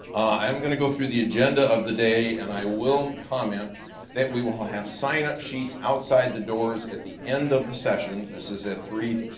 i'm gonna go through the agenda of the day, and i will comment that we will have sign-up sheets outside the doors at the end of the session. this is at three,